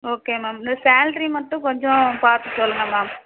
okay ma'am இந்த salary மட்டும் கொஞ்சம் பார்த்து சொல்லுங்கள் மேம்